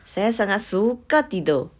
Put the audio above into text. saya sangat suka tidur